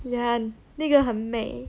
ya 那个很美